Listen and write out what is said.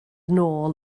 nôl